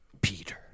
Peter